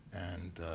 and